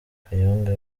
kayonga